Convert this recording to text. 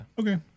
Okay